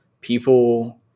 people